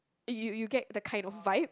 you you you get the kind of five